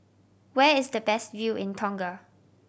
where is the best view in Tonga